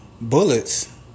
Bullets